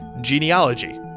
genealogy